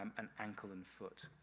um and ankle and foot.